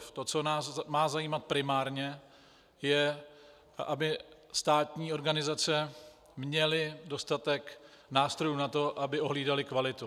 To, co nás má zajímat primárně, je, aby státní organizace měly dostatek nástrojů na to, aby ohlídaly kvalitu.